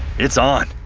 it's on.